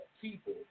people